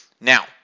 Now